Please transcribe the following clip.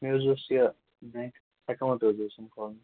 مےٚ حظ اوس یہِ بیٚنگ ایٚکاونٹ حظ اوسُم کھولُن